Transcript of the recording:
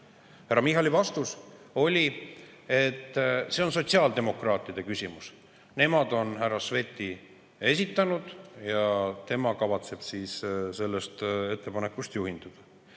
Härra Michali vastus oli, et see on sotsiaaldemokraatide küsimus, sest nemad on härra Sveti esitanud, ja tema kavatseb sellest ettepanekust